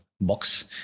box